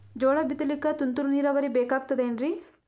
ಜೋಳ ಬಿತಲಿಕ ತುಂತುರ ನೀರಾವರಿ ಬೇಕಾಗತದ ಏನ್ರೀ?